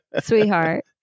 sweetheart